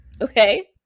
okay